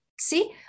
see